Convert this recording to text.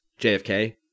JFK